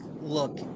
look